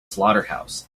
slaughterhouse